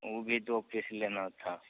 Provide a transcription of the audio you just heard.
वह भी दो पीस लेना था